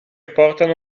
portano